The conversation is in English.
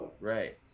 right